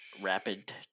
Rapid